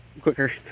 quicker